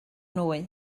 nwy